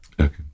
Okay